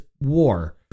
war